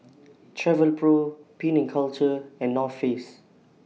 Travelpro Penang Culture and North Face